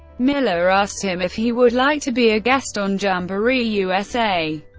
miller asked him if he would like to be a guest on jamboree usa.